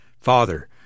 Father